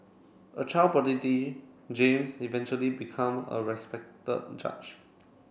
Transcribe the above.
a child James eventually become a respected judge